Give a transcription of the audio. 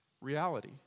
reality